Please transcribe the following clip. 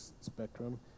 spectrum